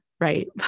right